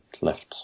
left